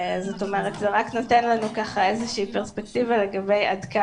זה נותן לנו איזה שהיא פרספקטיבה לגבי